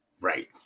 Right